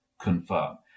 confirm